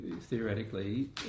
theoretically